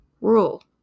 Rule